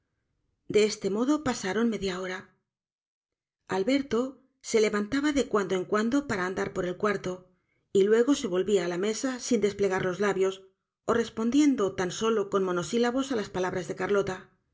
de este modo pasaron media hora alberto se levantaba de cuando en cuando para andar por el cuarto y luego se volvía á la mesa sin desplegar los labios ó respondiendo tan solo con monosílabos á las palabras de carlota